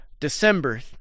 December